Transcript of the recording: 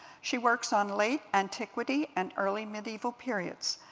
she works on late antiquity and early medieval periods.